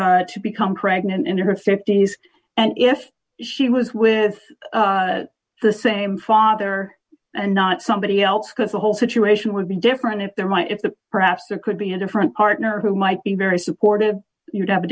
or to become pregnant in her fifties and if she was with the same father and not somebody else because the whole situation would be different if there might if the perhaps there could be a different partner who might be very supportive you'd have a